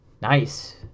Nice